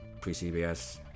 Pre-CBS